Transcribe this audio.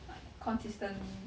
like consistently